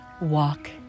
Walk